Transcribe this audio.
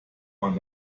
man